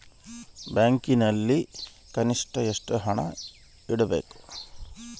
ಬ್ಯಾಂಕಿನಲ್ಲಿ ಕನಿಷ್ಟ ಎಷ್ಟು ಹಣ ಇಡಬೇಕು?